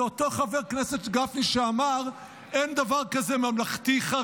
זה אותו חבר כנסת גפני שאמר: אין דבר כזה ממלכתי-חרדי,